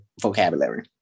vocabulary